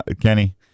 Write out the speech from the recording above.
Kenny